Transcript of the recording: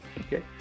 Okay